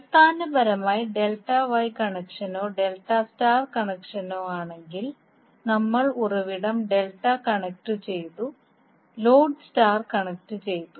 അടിസ്ഥാനപരമായി delta Y കണക്ഷനോ delta star കണക്ഷനോ ആണെങ്കിൽ നമ്മൾ ഉറവിടം ഡെൽറ്റ കണക്റ്റുചെയ്തു ലോഡ് സ്റ്റാർ കണക്റ്റുചെയ്തു